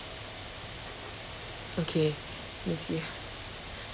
okay let me see